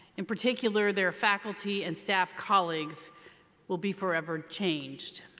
in particular, their faculty and staff colleagues will be forever changed.